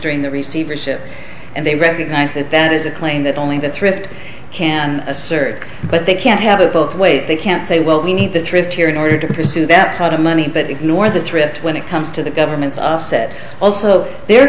ministering the receivership and they recognize that that is a claim that only the thrift can assert but they can't have it both ways they can't say well we need the thrift here in order to pursue that kind of money but ignore the trip when it comes to the government's offset also their